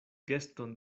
geston